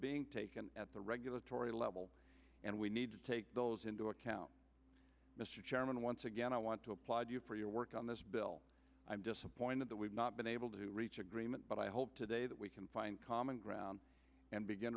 being taken at the regulatory level and we need to take those into account mr chairman once again i want to applaud you for your work on this bill i'm disappointed that we've not been able to reach agreement but i hope today that we can find common ground and begin